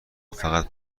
فقط